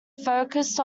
focused